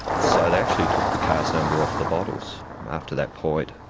so they actually took the cask number off the bottles after that point,